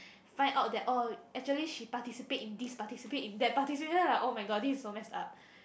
find out that oh actually she participate in this participate in that participated like oh-my-god this is so messed up